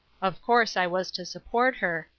of course i was to support her,